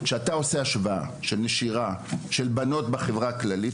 כשאתה עושה השוואה של נשירה אצל בנות בחברה הכללית,